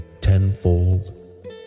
tenfold